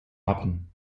wappen